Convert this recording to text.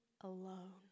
alone